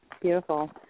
Beautiful